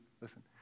Listen